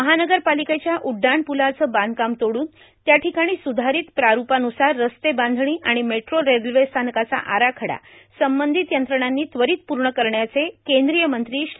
महानगरपालिकेच्या उड्डाणप्रलाचं बांधकाम तोडून त्या ठिकाणी स्रधारित प्रारूपान्रसार रस्ते बांधणी आणि मेट्रो रेल्वेस्थानकाचा आराखडा संबंधित यंत्रणानी त्वरित पूर्ण करण्याचे केंद्रीय मंत्री श्री